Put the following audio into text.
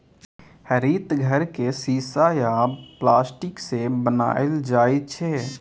हरित घर केँ शीशा आ प्लास्टिकसँ बनाएल जाइ छै